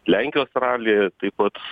lenkijos ralyje taip pat